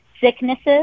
sicknesses